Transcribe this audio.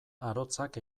arotzak